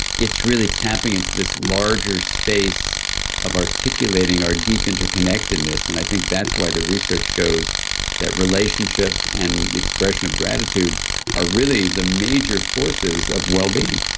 it's really tapping into this larger space of articulating our deep interconnectedness, and i think that's why the research shows that relationships and the expression of gratitude are really the major forces of wellbeing